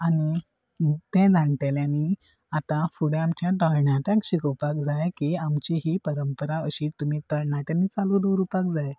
आनी तें जाणटेल्यानी आतां फुडें आमच्या तरणाट्यांक शिकोवपाक जाय की आमची ही परंपरा अशी तुमी तरणाट्यांनी चालू दवरपाक जाय